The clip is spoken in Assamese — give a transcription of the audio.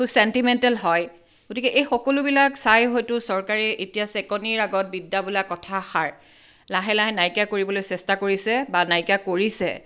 খুব চেণ্টিমেণ্টেল হয় গতিকে এই সকলোবিলাক চাই হয়টো চৰকাৰে এতিয়া চেকনিৰ আগত বিদ্যা বোলা কথাষাৰ লাহে লাহে নাইকিয়া কৰিবলৈ চেষ্টা কৰিছে বা নাইকিয়া কৰিছে